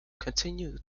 continue